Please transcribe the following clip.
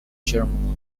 germany